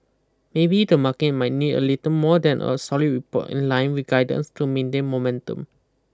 maybe the market might need a little more than a solid report in line with guidance to maintain momentum